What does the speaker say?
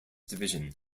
division